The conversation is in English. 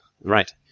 right